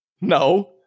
No